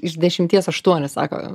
iš dešimties aštuoni sako